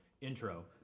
intro